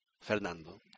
Fernando